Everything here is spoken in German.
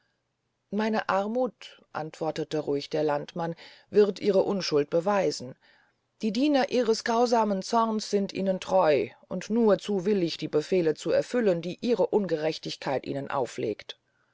meine armuth antwortete ruhig der landmann wird ihre unschuld beweisen die diener ihres grausamen zorns sind ihnen getreu und nur zu willig die befehle zu erfüllen die ihre ungerechtigkeit ihnen auflegt